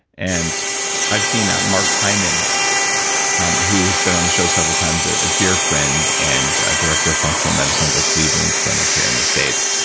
and i've seen ah mark hyman who has been on the show several times, a dear friend and director of functional medicine at the cleveland clinic here in the states.